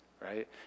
right